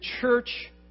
church